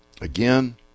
again